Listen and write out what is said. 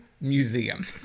museum